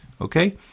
Okay